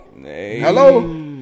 Hello